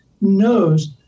knows